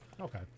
okay